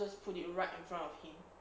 just put it right in front of him